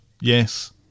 yes